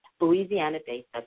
Louisiana-based